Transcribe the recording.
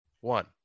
one